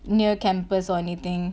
near campus or anything